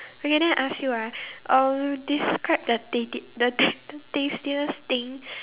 okay then I ask you ah uh describe the tati~ the ta~ tastiest thing